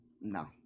No